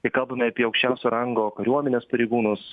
kai kalbame apie aukščiausio rango kariuomenės pareigūnus